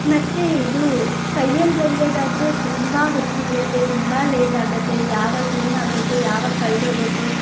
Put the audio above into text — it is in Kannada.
ಮತ್ತೆ ಇದು ಕೈಯಲ್ಲಿ ಬರೆಯೋದಾದ್ರೆ ತುಂಬ ಹೊತ್ತು ಹಿಡಿಯುತ್ತೆ ತುಂಬ ಲೇಟಾಗುತ್ತೆ ಯಾವಾಗೇನು ಆಗುತ್ತೋ ಯಾವಾಗ ಕಳೆದು ಹೋಗುತ್ತೋ